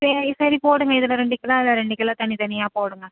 சரி சரி போடுங்கள் இதில் ரெண்டு கிலோ அதில் ரெண்டு கிலோ தனி தனியாக போடுங்கள்